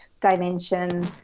dimension